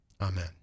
Amen